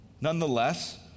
Nonetheless